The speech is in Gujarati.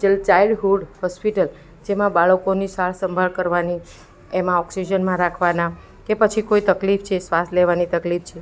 ચાઈલ્ડહૂડ હોસ્પિટલ જેમાં બાળકોની સાળસંભાળ કરવાની એમાં ઓક્સિજનમાં રાખવાના કે પછી કોઈ તકલીફ છે શ્વાસ લેવાની તકલીફ છે